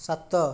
ସାତ